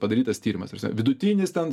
padarytas tyrimas ta prasme vidutinis ten